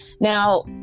Now